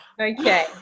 Okay